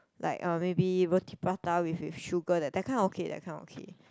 like um maybe Roti-Prata with with sugar that that kind okay that kind okay